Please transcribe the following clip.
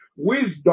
wisdom